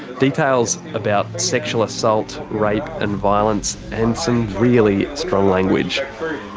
details about sexual assault, rape and violence and some really strong language.